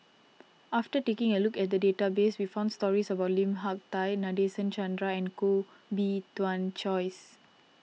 after taking a look at the database we found stories about Lim Hak Tai Nadasen Chandra and Koh Bee Tuan Joyce